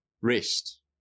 rest